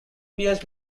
piers